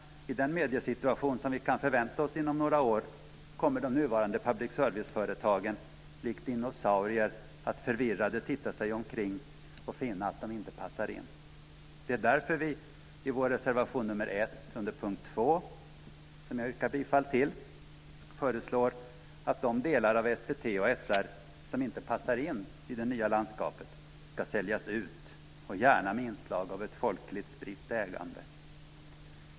I den mediesituation som vi kan förvänta oss inom några år kommer de nuvarande public sevice-företagen likt dinosaurier att förvirrade titta sig omkring och finna att de inte passar in. Det är därför vi i vår reservation nr 1 under punkt 2, som jag yrkar bifall till, föreslår att de delar av SVT och SR som inte passar in i det nya landskapet ska säljas ut, gärna med inslag av ett folkligt spritt ägande.